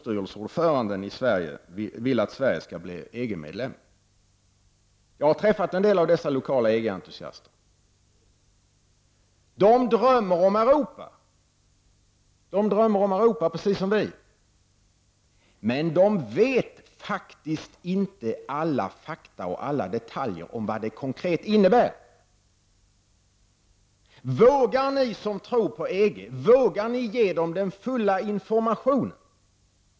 I dag kan man läsa i tidningar att Sverige skall bli EG-medlem. Jag har träffat en del av dessa lokala EG-entusiaster. De drömmer om Europa, precis som vi. Men de känner faktiskt inte till alla fakta och detaljer om vad det konkret innebär. Vågar ni som tror på EG ge dem full information?